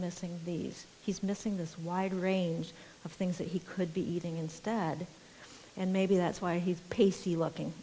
missing these he's missing this wide range of things that he could be eating instead and maybe that's why he's pacey